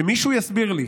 שמישהו יסביר לי